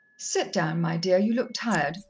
sit down, my dear you look tired.